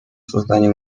создания